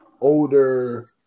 older